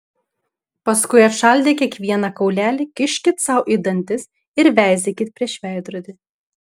paskui atšaldę kiekvieną kaulelį kiškit sau į dantis ir veizėkit prieš veidrodį